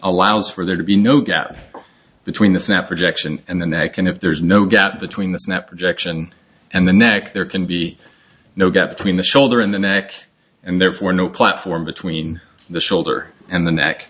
allows for there to be no gap between the snap projection and the neck and if there is no gap between the snap projection and the neck there can be no gap between the shoulder and the neck and therefore no platform between the shoulder and the neck